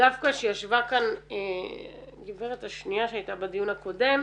שדווקא שישבה כאן הגברת השנייה שהייתה בדיון הקודם,